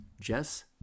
Jess